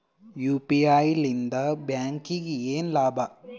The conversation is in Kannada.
ಯು.ಪಿ.ಐ ಲಿಂದ ಬ್ಯಾಂಕ್ಗೆ ಏನ್ ಲಾಭ?